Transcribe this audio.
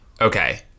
Okay